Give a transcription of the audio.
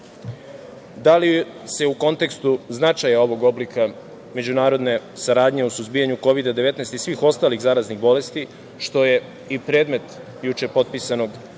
da li se u kontekstu značaja ovog oblika međunarodne saradnje o suzbijanju kovid-19 i svih ostalih zaraznih bolesti, što je i predmet juče potpisanog